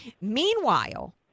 Meanwhile